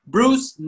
Bruce